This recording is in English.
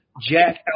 Jack